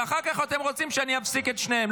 ואחר כך אתם רוצים שאני אפסיק את שניהם.